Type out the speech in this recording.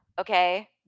okay